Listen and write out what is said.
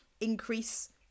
increase